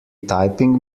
typing